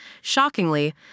Shockingly